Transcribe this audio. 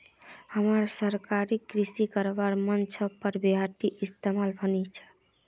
हमाक सागरीय कृषि करवार मन छ पर बिहारत ईटा संभव नी छ